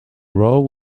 roe